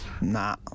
Nah